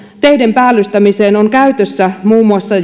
teiden päällystämiseen on käytössä jo muun muassa